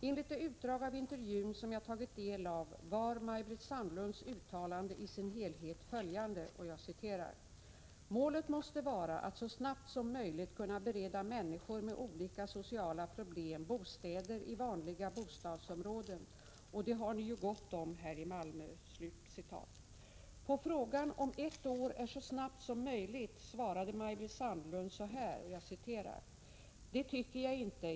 Enligt det utdrag av intervjun som jag tagit del av var Maj-Britt Sandlunds uttalande i sin helhet följande: ”Målet måste vara att så snabbt som möjligt kunna bereda människor med olika sociala problem bostäder i vanliga bostadsområden, och det har ni ju gott om här i Malmö.” På frågan om ett år är så snabbt som möjligt svarade Maj-Britt Sandlund så här: ”Det tycker jag inte.